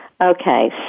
Okay